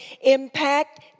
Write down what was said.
impact